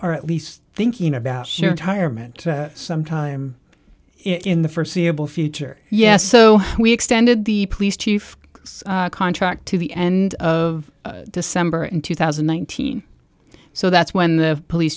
are at least thinking about your entire meant some time in the forseeable future yes so we extended the police chief contract to the end of december in two thousand and nineteen so that's when the police